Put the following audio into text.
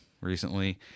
recently